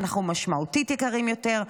אנחנו משמעותית יקרים יותר,